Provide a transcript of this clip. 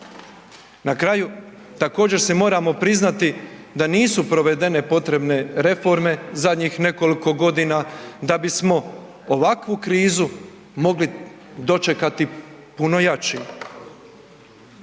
Na kraju također si moramo priznati da nisu provedene potrebne reforme zadnjih nekoliko godina da bismo ovakvu krizu mogli dočekati puno jači.